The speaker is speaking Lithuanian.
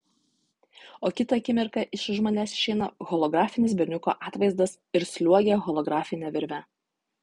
o kitą akimirką iš už manęs išeina holografinis berniuko atvaizdas ir sliuogia holografine virve